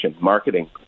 marketing